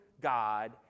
God